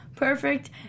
Perfect